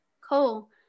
Cool